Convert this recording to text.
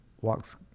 walks